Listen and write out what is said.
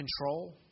control